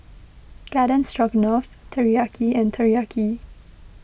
Garden Stroganoff Teriyaki and Teriyaki